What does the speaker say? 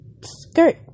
skirt